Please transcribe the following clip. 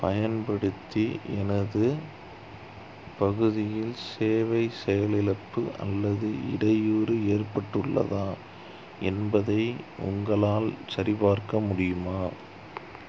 பயன்படுத்தி எனது பகுதியில் சேவை செயலிழப்பு அல்லது இடையூறு ஏற்பட்டுள்ளதா என்பதை உங்களால் சரிபார்க்க முடியுமா